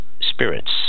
spirits